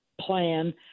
plan